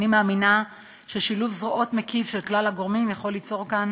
אני מאמינה ששילוב זרועות מקיף של כלל הגורמים יכול ליצור כאן